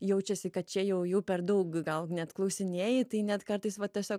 jaučiasi kad čia jau jų per daug gal net klausinėji tai net kartais va tiesiog